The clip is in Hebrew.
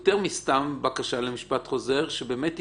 יותר מסתם בקשה למשפט חוזר שבאמת יפתחו.